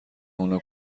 اونا